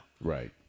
Right